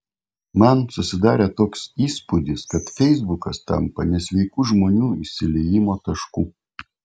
man susidarė toks įspūdis kad feisbukas tampa nesveikų žmonių išsiliejimo tašku